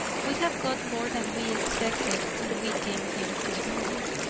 we have got more than we expected when we came here this morning.